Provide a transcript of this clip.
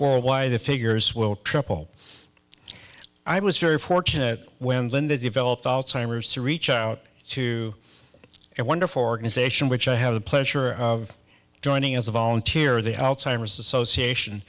or why the figures will triple i was very fortunate when linda developed alzheimer's to reach out to a wonderful organization which i had the pleasure of joining as a volunteer the alzheimer's association